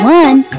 one